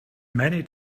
many